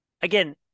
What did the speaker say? Again